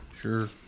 Sure